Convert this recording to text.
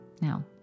Now